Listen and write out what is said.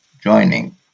joining